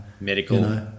medical